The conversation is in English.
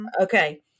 Okay